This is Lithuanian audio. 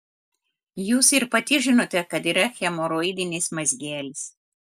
jūs ir pati žinote kad yra hemoroidinis mazgelis